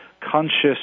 conscious